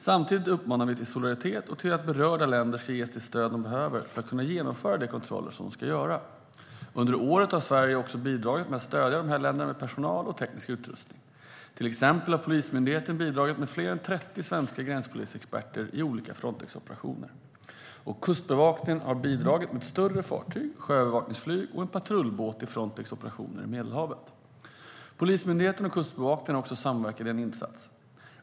Samtidigt uppmanar vi till solidaritet och till att berörda länder ska ges det stöd de behöver för att kunna genomföra de kontroller som de ska göra. Under året har Sverige bidragit med att stödja de här länderna med personal och teknisk utrustning. Till exempel har Polismyndigheten bidragit med fler än 30 svenska gränspolisexperter i olika Frontexoperationer, och Kustbevakningen har bidragit med ett större fartyg, sjöövervakningsflyg och en patrullbåt till Frontex operationer i Medelhavet. Polismyndigheten och Kustbevakningen har också samverkat i en insats.